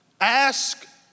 Ask